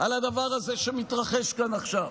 על הדבר הזה שמתרחש כאן עכשיו.